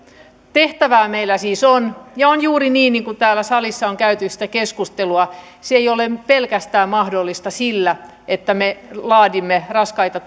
tehtävää meillä siis on ja on juuri niin niin kuin täällä salissa on käyty sitä keskustelua että se ei ole pelkästään mahdollista sillä että me laadimme raskaita